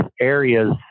areas